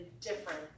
different